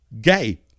gay